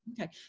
Okay